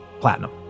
Platinum